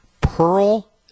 Pearl